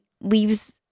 leaves